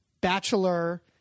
Bachelor